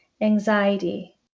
anxiety